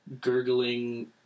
gurgling